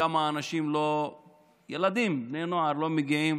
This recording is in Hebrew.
כמה ילדים ובני נוער לא מגיעים